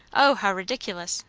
o, how ridiculous!